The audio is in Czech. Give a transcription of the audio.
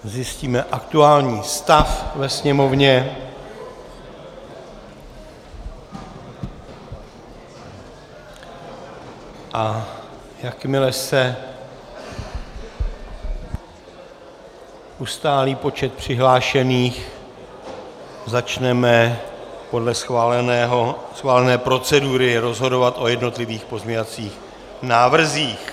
Zjistíme aktuální stav ve sněmovně, a jakmile se ustálí počet přihlášených, začneme podle schválené procedury rozhodovat o jednotlivých pozměňovacích návrzích.